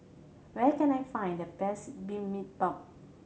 where can I find the best Bibimbap